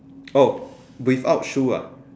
oh without shoe ah